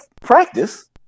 practice